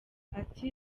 ati